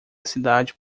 cidade